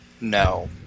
No